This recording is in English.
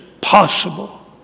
possible